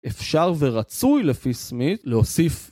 אפשר ורצוי לפי סמית להוסיף